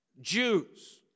Jews